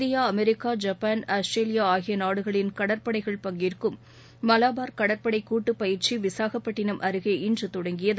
India America Japan Australia ஆகிய நாடுகளின் கடற்படைகள் பங்கேற்கும் மலபார் கடற்படை கூட்டு பயிற்சி விசாகப்பட்டினம் அருகே இன்று தொடங்கியது